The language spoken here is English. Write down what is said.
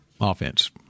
offense